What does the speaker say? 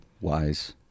wise